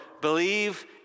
believe